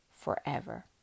forever